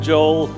Joel